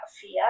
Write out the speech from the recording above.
fear